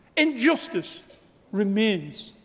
injustice remains.